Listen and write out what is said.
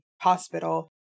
hospital